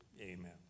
amen